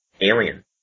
alien